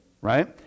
right